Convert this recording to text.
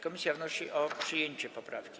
Komisja wnosi o przyjęcie poprawki.